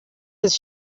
his